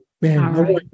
Man